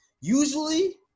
usually